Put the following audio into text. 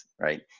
right